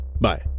Bye